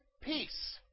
Peace